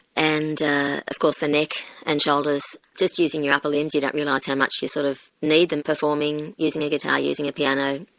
and of course the neck and shoulders, just using your upper limbs you don't realise how much you sort of need them, performing, using a guitar, using a piano,